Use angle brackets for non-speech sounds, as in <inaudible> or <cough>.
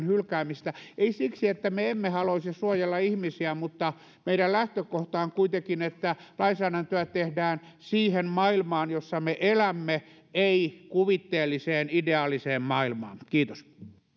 <unintelligible> hylkäämistä emme siksi että me emme haluaisi suojella ihmisiä mutta meidän lähtökohtamme on kuitenkin että lainsäädäntöä tehdään siihen maailmaan jossa me elämme ei kuvitteelliseen ideaaliseen maailmaan kiitos